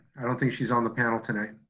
i don't think she's on the panel tonight.